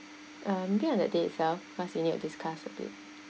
um maybe on that day itself plus we need to discuss a bit